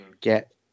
get